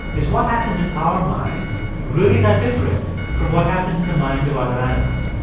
is what happens in our minds really that different from what happens in the minds of other animals?